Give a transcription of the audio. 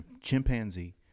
chimpanzee